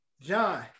John